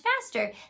faster